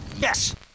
Yes